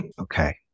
Okay